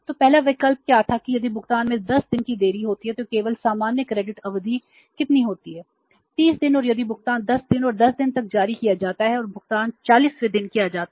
तो पहला विकल्प क्या था कि यदि भुगतान में 10 दिन की देरी होती है तो केवल सामान्य क्रेडिट अवधि कितनी होती है 30 दिन और यदि भुगतान 10 दिन और 10 दिन तक जारी किया जाता है और भुगतान 40 वें दिन किया जाता है